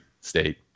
state